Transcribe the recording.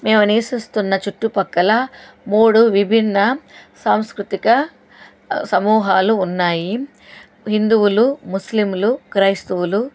మేము నివసిస్తున్న చుట్టుపక్కల మూడు విభిన్న సాంస్కృతిక సమూహాలు ఉన్నాయి హిందువులు ముస్లిములు క్రైస్తవులు